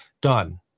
done